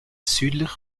südlich